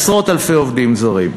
עשרות אלפי עובדים זרים.